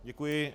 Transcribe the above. Děkuji.